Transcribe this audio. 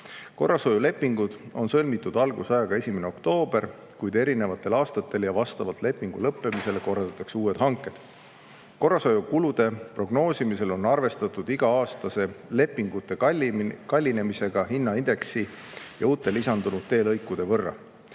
Korrashoiulepingud on sõlmitud algusajaga 1. oktoober, kuid erinevatel aastatel ja vastavalt lepingu lõppemisele korraldatakse uued hanked. Korrashoiukulude prognoosimisel on arvestatud iga-aastase lepingute kallinemisega hinnaindeksi ja uute lisandunud teelõikude võrra.